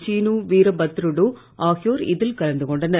சீனு வீரபத்ருடு ஆகியோர் இதில் கலந்து கொண்டனர்